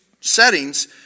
settings